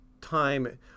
time